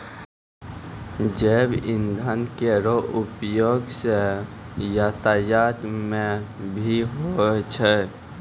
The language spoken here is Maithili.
जैव इंधन केरो उपयोग सँ यातायात म भी होय छै